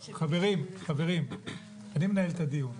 חברים, אני מנהל את הדיון.